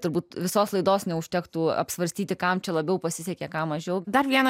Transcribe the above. turbūt visos laidos neužtektų apsvarstyti kam čia labiau pasisekė ką mažiau dar vieną